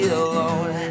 alone